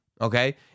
okay